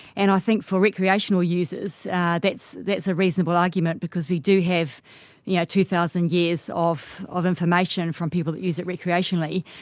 and i think for recreational users that's that's a reasonable argument because we do have yeah two thousand years of of information from people who use it recreationally.